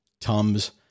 Tums